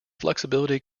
flexibility